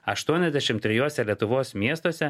aštuoniasdešimt trejose lietuvos miestuose